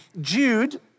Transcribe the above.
Jude